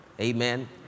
Amen